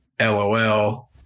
LOL